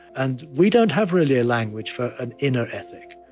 and we don't have, really, a language for an inner ethic.